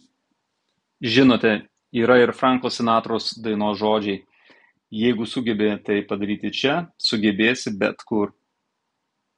žinote yra ir franko sinatros dainos žodžiai jeigu sugebi tai padaryti čia sugebėsi bet kur